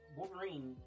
Wolverine